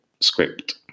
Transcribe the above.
script